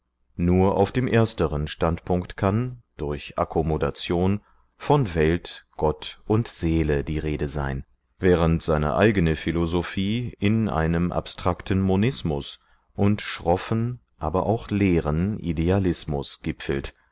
nur auf dem ersteren standpunkt kann durch akkomodation von welt gott und seele die rede sein während seine eigene philosophie in einem abstrakten monismus und schroffen aber auch leeren idealismus gipfelt